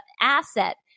asset